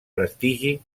prestigi